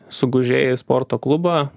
sugužėja į sporto klubą